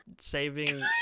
saving